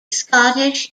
scottish